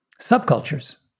subcultures